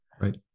Right